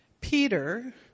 Peter